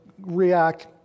react